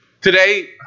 Today